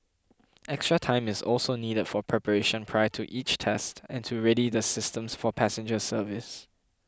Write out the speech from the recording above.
extra time is also needed for preparation prior to each test and to ready the systems for passenger service